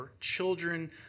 children